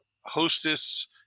hostess